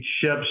ships